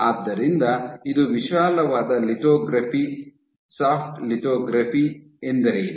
ಆದ್ದರಿಂದ ಇದು ವಿಶಾಲವಾದ ಲಿಥೊಗ್ರಫಿ ಸಾಫ್ಟ್ ಲಿಥೊಗ್ರಫಿ ಎಂದರೇನು